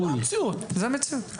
זוהי לא המציאות.